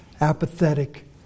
apathetic